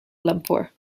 lumpur